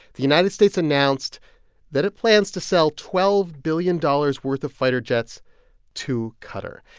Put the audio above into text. the united states announced that it plans to sell twelve billion dollars worth of fighter jets to qatar.